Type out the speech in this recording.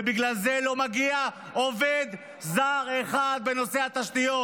ובגלל זה לא מגיע עובד זר אחד בנושא התשתיות.